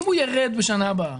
אם הוא יירד בשנה הבאה